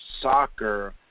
soccer